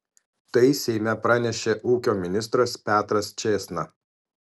tai seime pranešė ūkio ministras petras čėsna